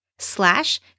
Slash